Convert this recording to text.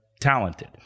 talented